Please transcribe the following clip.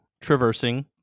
traversing